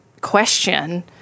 question